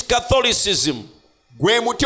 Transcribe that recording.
Catholicism